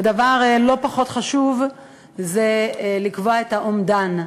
ודבר לא פחות חשוב הוא לקבוע את האומדן.